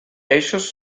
eixos